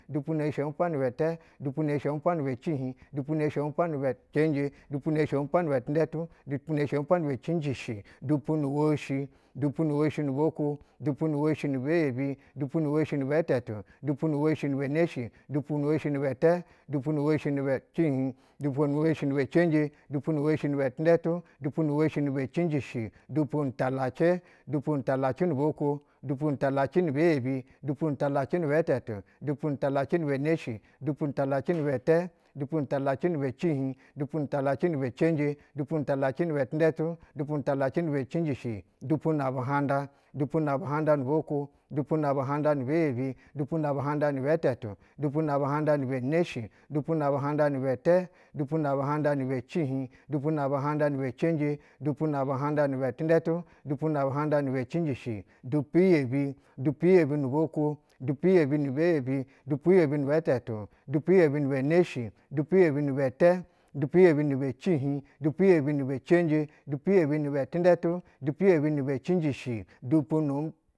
Dupuneshe umpwa ni bɛtɛ, dupu neshe umpwa ni bɛ cihiɧ, dupu ne she upwani bɛ cenje, dupu neshe umpwa ni bɛ tindɛtu, dupu ne she umpwa ni bɛ anjishi, dupu nu woshi, dupu nu woshi nu bwakwo, dupu nu woshi ni bɛ yebi, dupu nu woshi wibɛ tɛtu, du pu nu woshi nibɛ neshi, dupu nu woshi nibɛtɛ, dupu nu woshi nibɛ cihiɧ, dupu nu woshi ni bɛ cenje, dupu nu woshi ni bɛ tindɛtu, dupu nu woshi ni bɛ cinjishi, dupu nu talacɛ, dupu nu talacɛ nu bwa kwo, dupu nutalacɛ ni bɛ yebi, dupu nu talacɛ nibɛ tɛtu, chipunu talacɛ nibɛ neshi, dupu nutalacɛ nibɛtɛ, dupu nutalacɛ ni bɛ chihɧ dupu nu talacɛ nibɛ cenje, dupu nu tedacɛ nibɛ tindɛtu, dupu nu talacɛ nibɛ cenjishi, dupu na bu handa, dupu na buhanda nu bwa kwo, dupu na buhanɧa nibɛtɛ, dupu nabu handa ni bɛ neshi, dupana buhanda ni bɛtɛ, dupu na buhanda ni bɛ cihiɧ, dupu na buhanda nibɛ cenje, dupu na buhanƌa nibɛ cinji shi, dupu-iyebi, dupu yebi nu bwakwo, dupu yebi ni be yebi, dupu yebi ni bɛ tetu, dupu yebi nibɛ neshi, dupu yebi ni ɛtɛ, dupu yebi nibɛ cihiɧdupu yebi nibɛ cenje, dupu yebi ni bɛ tindɛtu, dupu yebi nibɛ cinjishi, dupu nu.